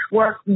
work